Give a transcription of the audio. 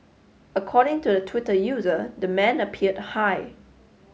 according to the Twitter user the man appeared high